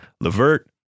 Levert